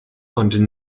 konnte